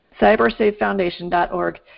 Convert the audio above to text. CyberSafeFoundation.org